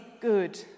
good